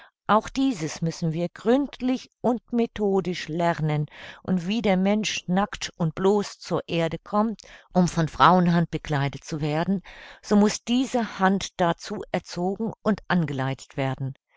auch dieses müssen wir gründlich und methodisch lernen und wie der mensch nackt und bloß zur erde kommt um von frauenhand bekleidet zu werden so muß diese hand dazu erzogen und angeleitet werden